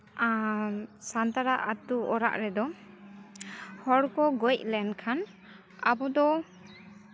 ᱥᱟᱱᱛᱟᱲᱟᱜ ᱟᱹᱛᱩ ᱚᱲᱟᱜ ᱨᱮᱫᱚ ᱦᱚᱲ ᱠᱚ ᱜᱚᱡ ᱞᱮᱱᱠᱷᱟᱱ ᱟᱵᱚ ᱫᱚ